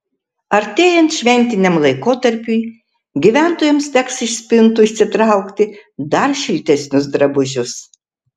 artėjant šventiniam laikotarpiui gyventojams teks iš spintų išsitraukti dar šiltesnius drabužius